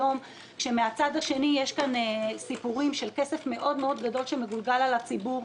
כאשר מן הצד השני יש כאן סיפורים על כסף גדול מאוד שמגולגל על הציבור,